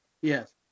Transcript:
Yes